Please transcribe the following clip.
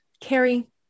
Carrie